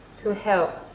to help.